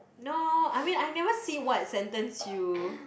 no I mean I've never see what sentence you